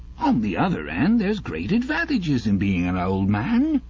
on the other and, there's great advantages in being a old man.